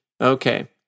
Okay